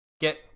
get